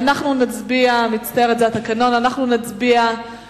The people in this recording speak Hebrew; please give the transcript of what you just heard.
מה השר